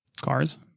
cars